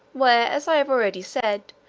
where, as i have already said,